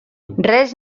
res